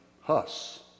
Huss